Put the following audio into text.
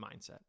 mindset